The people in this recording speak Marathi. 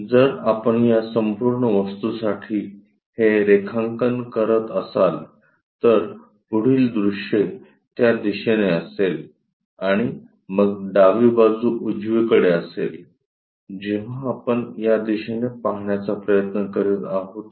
तर जर आपण या संपूर्ण वस्तूसाठी हे रेखांकन करत असाल तर पुढील दृश्य त्या दिशेने असेल आणि मग डावी बाजू उजवीकडे असेल जेंव्हा आपण या दिशेने पाहण्याचा प्रयत्न करीत आहोत